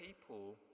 people